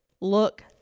Look